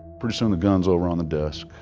pretty soon the guns over on the desk.